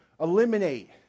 eliminate